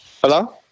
Hello